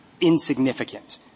insignificant